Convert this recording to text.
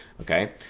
okay